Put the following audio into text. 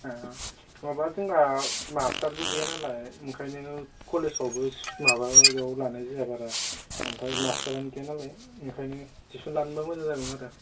ए माबा जोंना मास्टारबो गैया नालाय ओंखायनो कलेजफ्रावबो माबायाव लानाय जाया बारा ओमफ्राय मास्टारानो गैया नालाय ओंखायनो टिउसन लानो मोनबा मोजां जागौमोन आरो